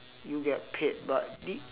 you get paid but this